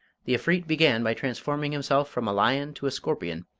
the efreet began by transforming himself from a lion to a scorpion,